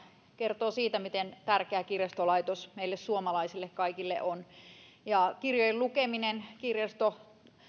kertoo siitä miten tärkeä kirjastolaitos kaikille meille suomalaisille on kirjojen lukeminen